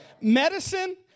medicine